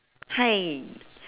hi